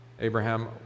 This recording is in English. Abraham